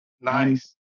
Nice